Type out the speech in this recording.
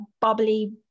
bubbly